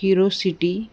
hero city